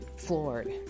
Floored